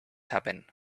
happen